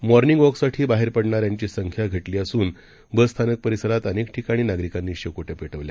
morning वॉकसाठी बाहेर बाहेर पडणाऱ्यांची संख्या घटली असून बस स्थानक परिसरात अनेक ठिकाणी नागरिकानी शेकोट्या पेटवल्या